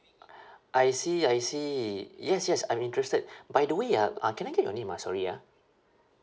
I see I see yes yes I'm interested by the way ah uh can I get your name ah sorry ah